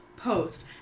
post